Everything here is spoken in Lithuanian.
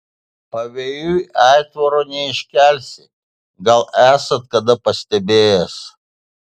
pavėjui aitvaro neiškelsi gal esat kada pastebėjęs